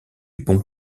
bon